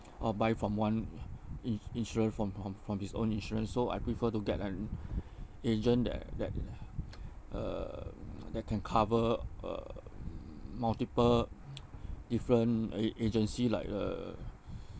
or buy from one uh in~ insurance from from from his own insurance so I prefer to get an agent that that uh that can cover uh multiple different a~ agency like the